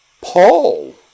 Paul